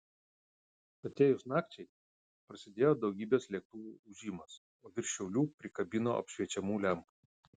atėjus nakčiai prasidėjo daugybės lėktuvų ūžimas o virš šiaulių prikabino apšviečiamų lempų